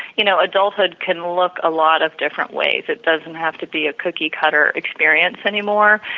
you know, adulthood can look a lot of different ways, it doesn't have to be a cookie cutter experience anymore,